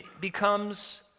becomes